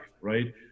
Right